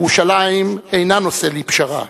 ירושלים אינה נושא לפשרה,